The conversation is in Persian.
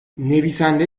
نویسنده